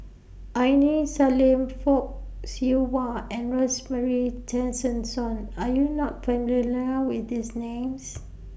Aini Salim Fock Siew Wah and Rosemary Tessensohn Are YOU not familiar with These Names